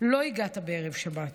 לא הגעת בערב שבת,